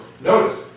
notice